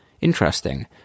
interesting